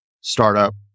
startup